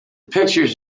pictures